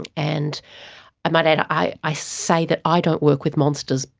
and and i might add, i i say that i don't work with monsters,